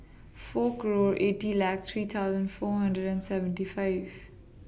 four group eighty let three thousand four hundred and seventy five